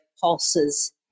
pulses